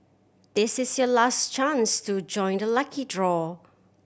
this is your last chance to join the lucky draw